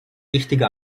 richtige